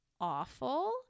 awful